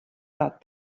thought